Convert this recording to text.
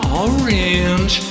orange